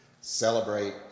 celebrate